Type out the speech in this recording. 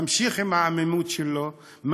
ממשיך עם העמימות שלו,